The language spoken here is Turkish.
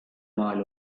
mal